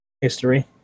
history